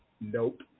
Nope